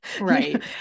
Right